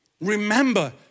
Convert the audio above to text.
Remember